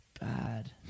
bad